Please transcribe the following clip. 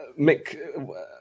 Mick